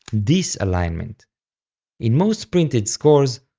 disaligment. in most printed scores,